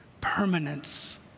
permanence